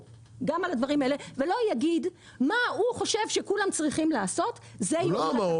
ולא יגיד מה הוא חושב שכולם צריכים לעשות- -- הוא לא אמר את זה,